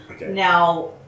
now